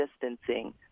distancing